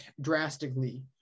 drastically